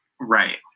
Right